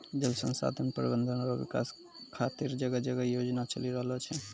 जल संसाधन प्रबंधन रो विकास खातीर जगह जगह योजना चलि रहलो छै